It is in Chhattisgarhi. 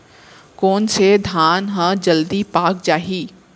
कोन से धान ह जलदी पाक जाही?